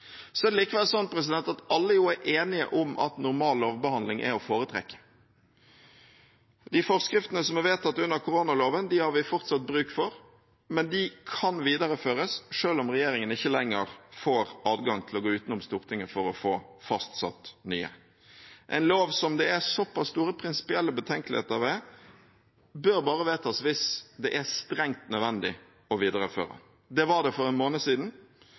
Det er likevel sånn at alle er enige om at normal lovbehandling er å foretrekke. De forskriftene som er vedtatt under koronaloven, har vi fortsatt bruk for, men de kan videreføres selv om regjeringen ikke lenger får adgang til å gå utenom Stortinget for å få fastsatt nye. En lov som det er såpass store prinsipielle betenkeligheter ved, bør bare vedtas hvis det er strengt nødvendig å videreføre den. Det var det for en måned siden.